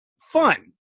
fun